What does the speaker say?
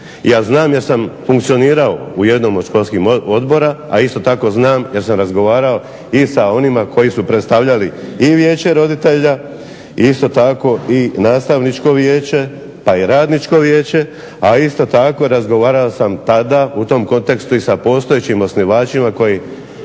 Ja znam jer sam funkcionirao u jednom od školskih odbora, a isto tako znam jer sam razgovarao i sa onima koji su predstavljali i Vijeće roditelja isto tako i Nastavničko vijeće, pa i Radničko vijeća, a isto tako razgovarao sam tada u tom kontekstu i sa postojećim osnivačima koji